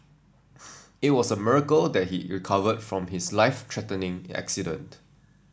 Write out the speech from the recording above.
it was a miracle that he recovered from his life threatening accident